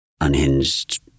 unhinged